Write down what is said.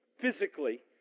physically